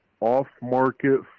off-market